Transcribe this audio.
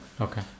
Okay